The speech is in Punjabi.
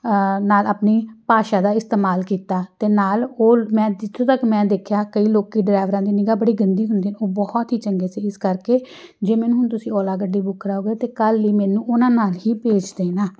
ਨਾਲ ਆਪਣੀ ਭਾਸ਼ਾ ਦਾ ਇਸਤੇਮਾਲ ਕੀਤਾ ਅਤੇ ਨਾਲ ਉਹ ਮੈਂ ਜਿੱਥੋਂ ਤੱਕ ਮੈਂ ਦੇਖਿਆ ਕਈ ਲੋਕ ਡਰਾਈਵਰਾਂ ਦੀ ਨਿਗ੍ਹਾ ਬੜੀ ਗੰਦੀ ਹੁੰਦੀ ਉਹ ਬਹੁਤ ਹੀ ਚੰਗੇ ਸੀ ਇਸ ਕਰਕੇ ਜੇ ਮੈਨੂੰ ਹੁਣ ਤੁਸੀਂ ਓਲਾ ਗੱਡੀ ਬੁੱਕ ਕਰਾਓਗੇ ਤਾਂ ਕੱਲ੍ਹ ਲਈ ਮੈਨੂੰ ਉਹਨਾਂ ਨਾਲ ਹੀ ਭੇਜ ਦੇਣਾ